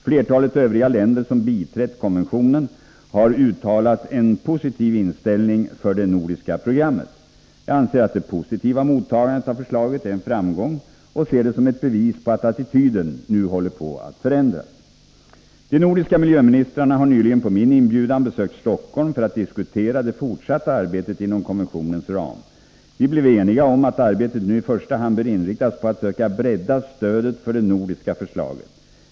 Flertalet övriga länder som biträtt konventionen har uttalat en positiv inställning till det nordiska programmet. Jag anser att det positiva mottagandet av förslaget är en framgång och ser det som ett bevis på att attityden nu håller på att förändras. De nordiska miljöministrarna har nyligen på min inbjudan besökt Stockholm för att diskutera det fortsatta arbetet inom konventionens ram. Vi blev eniga om att arbetet nu i första hand bör inriktas på att söka bredda stödet för det nordiska förslaget.